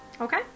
Okay